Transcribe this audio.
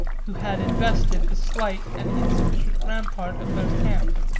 who had invested the slight and insufficient rampart of their camp.